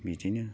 बिदिनो